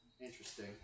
Interesting